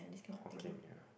Hokkien-Mee ah